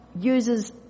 uses